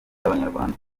abanyarwanda